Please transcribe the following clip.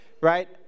right